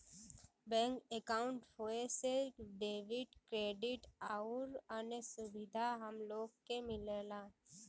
bank अंकाउट होये से डेबिट, क्रेडिट आउर अन्य सुविधा हम लोग के मिलला